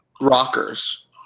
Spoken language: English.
rockers